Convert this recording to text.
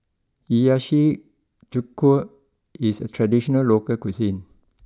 Hiyashi Chuka is a traditional local cuisine